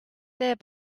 there